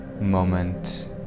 moment